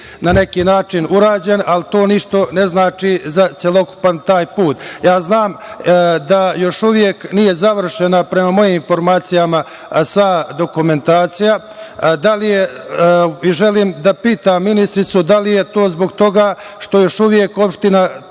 na neki način urađen, ali to ništa ne znači za celokupan taj put. Ja znam da još uvek nije završena, prema mojim informacijama, sva dokumentacija. Želim da pitam ministarku da li je to zbog toga što još uvek opština